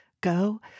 go